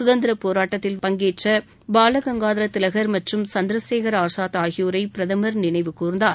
சுதந்திர போராட்டத்தில் பங்கேற்ற பாலகங்காதர திலகா மற்றும் சந்திரசேகர் ஆசாத் ஆகியோரை பிரதமர் நினைவு கூர்ந்தார்